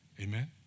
Amen